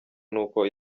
n’uko